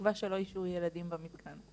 בתקווה שלא ישהו ילדים במתקן.